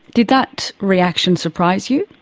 did that reaction surprise you?